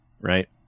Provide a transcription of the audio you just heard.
right